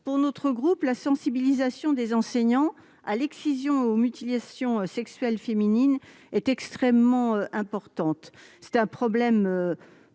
Pour notre groupe, la sensibilisation des enseignants à l'excision et aux mutilations sexuelles féminines est extrêmement importante. Ce problème,